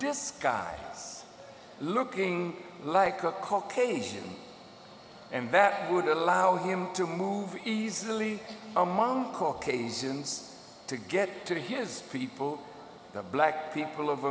this guy was looking like a caucasian and that would allow him to move easily among caucasians to get to his people the black people of